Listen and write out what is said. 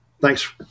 Thanks